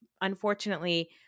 unfortunately